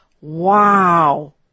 wow